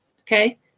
Okay